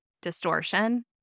distortion